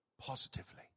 positively